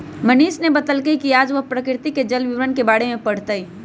मनीष ने बतल कई कि आज वह प्रकृति में जल वितरण के बारे में पढ़ तय